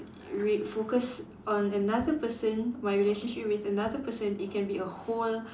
we focus on another person my relationship with another person it can be a whole